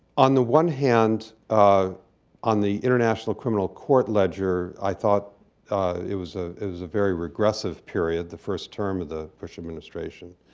on the one hand, um on the international criminal court ledger, i thought it was a it was a very regressive period, the first term of the bush administration.